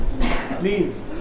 Please